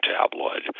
Tabloid